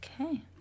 Okay